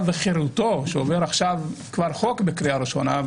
וחרותו שעובר עכשיו כבר חוק בקריאה ראשונה,